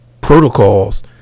protocols